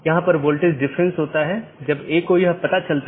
16 bit से 216 संख्या संभव है जो कि एक बहुत बड़ी संख्या है